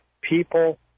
people